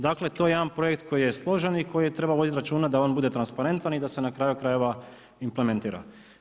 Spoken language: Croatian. Dakle to je jedan projekt koji je složen i o kojem treba voditi računa da on bude transparentan i da se na kraju krajeva implementira.